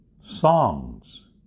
songs